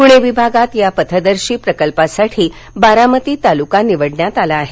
पुणे विभागात या पथदर्शी प्रकल्पासाठी बारामती तालुका निवडला आहे